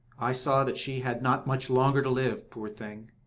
i saw that she had not much longer to live, poor thing.